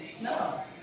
no